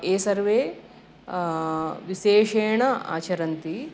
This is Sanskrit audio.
ये सर्वे विशेषेण आचरन्ति